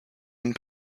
and